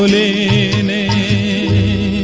a